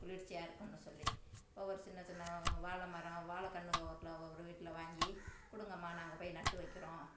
குளிர்ச்சியாக இருக்கும்னு சொல்லி ஒவ்வொரு சின்னச் சின்ன வாழை மரம் வாழைக் கன்று ஒரு வீட்டில வாங்கி கொடுங்கம்மா நாங்கள் போய் நட்டு வைக்கிறோம்